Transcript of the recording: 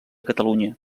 catalunya